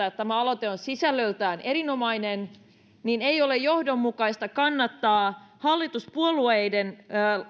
että tämä aloite on sisällöltään erinomainen niin ei ole johdonmukaista kannattaa hallituspuolueiden